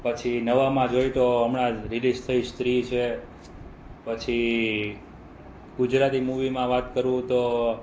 પછી નવામાં જોઈએ તો હમણાં જ રીલીઝ થઈ સ્ત્રી છે પછી ગુજરાતી મૂવીમાં વાત કરું તો